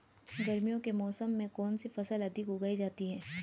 गर्मियों के मौसम में कौन सी फसल अधिक उगाई जाती है?